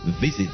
Visit